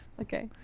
Okay